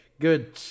Good